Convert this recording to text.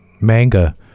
Manga